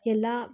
ಎಲ್ಲ